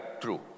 true